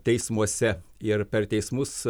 teismuose ir per teismus